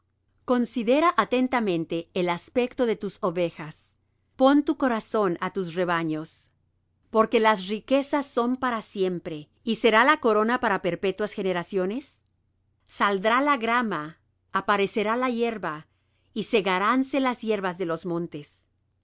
considera atentamente el aspecto de tus ovejas pon tu corazón á tus rebaños porque las riquezas no son para siempre y será la corona para perpetuas generaciones saldrá la grama aparecerá la hierba y segaránse las hierbas de los montes